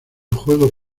juego